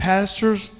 Pastors